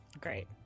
Great